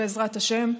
בעזרת השם,